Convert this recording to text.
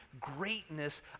greatness